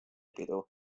pidu